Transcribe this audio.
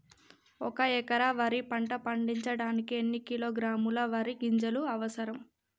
ఒక్క ఎకరా వరి పంట పండించడానికి ఎన్ని కిలోగ్రాముల వరి గింజలు అవసరం?